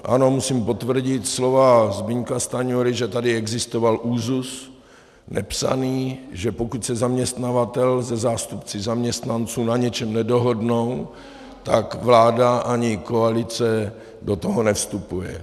Ano, musím potvrdit slova Zbyňka Stanjury, že tady existoval nepsaný úzus, že pokud se zaměstnavatel se zástupci zaměstnanců na něčem nedohodnou, tak vláda ani koalice do toho nevstupuje.